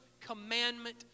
commandment